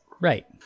Right